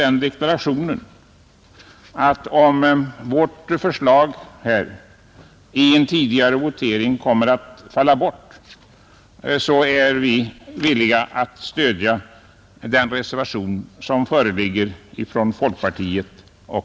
Jag vill samtidigt göra den att om vårt förslag i en förberedande votering faller, så är vi villiga att stödja yrkandet i den reservation som föreligger från folkpartiet och